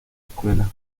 escuela